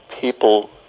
people